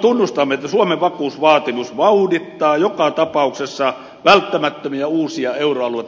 tunnustamme että suomen vakuusvaatimus vauhdittaa joka tapauksessa välttämättömiä uusia euroalueita koskevia ratkaisuja